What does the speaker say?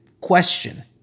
question